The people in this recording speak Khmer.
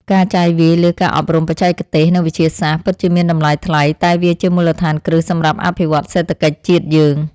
ការចាយវាយលើការអប់រំបច្ចេកទេសនិងវិទ្យាសាស្ត្រ ពិតជាមានតម្លៃថ្លៃតែវាជាមូលដ្ឋានគ្រឹះសម្រាប់អភិវឌ្ឍសេដ្ឋកិច្ចជាតិយើង។